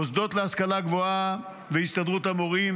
מוסדות להשכלה גבוהה והסתדרות המורים,